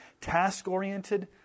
task-oriented